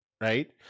right